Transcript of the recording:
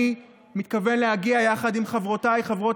אני מתכוון להגיע יחד עם חברותיי חברות